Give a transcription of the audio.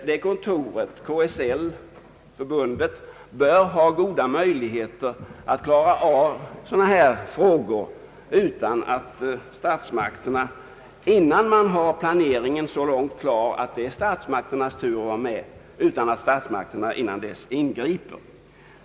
KSL:s kontor bör ha goda möjligheter att klara av sådana frågor, utan att statsmakterna ingriper innan planeringen är klar så långt att det är statsmakternas tur att vara med.